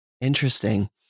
Interesting